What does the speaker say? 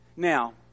Now